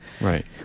right